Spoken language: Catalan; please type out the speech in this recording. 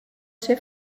ser